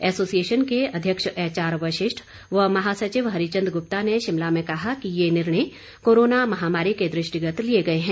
association के अध्यक्ष H R Vashishth व महासचिव हरिचंद गुप्ता ने शिमला में कहा कि ये निर्णय कोरोना महामारी के दृष्टिगत लिए गए हैं